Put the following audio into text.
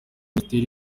minisiteri